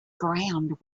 ground